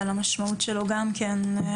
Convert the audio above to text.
ועל המשמעות שלו גם כן.